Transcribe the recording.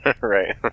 right